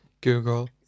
Google